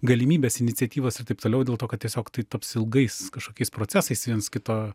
galimybės iniciatyvos ir taip toliau dėl to kad tiesiog tai taps ilgais kažkokiais procesais viens kito